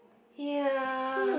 ya